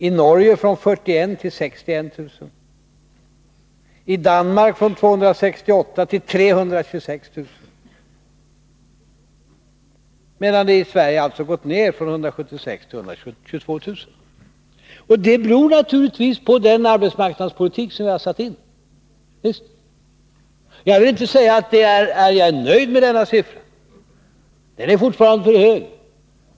I Norge har den ökat från 41 000 till 61 000, i Danmark från 268 000 till 326 000 — medan den i Sverige alltså har gått ner från 176 000 till 122 000. Detta beror naturligtvis på den arbetsmarknadspolitik som vi har satt in. Visst. Jag vill inte säga att jag är nöjd med denna siffra, den är fortfarande för hög.